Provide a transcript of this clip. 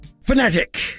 Fanatic